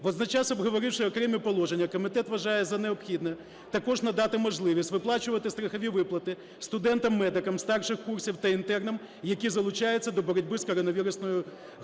Водночас, обговоривши окремі положення, комітет вважає за необхідне також надати можливість виплачувати страхові виплати студентам-медикам старших курсів та інтернам, які залучаються до боротьби з коронавірусною хворобою.